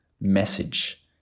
message